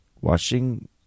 washing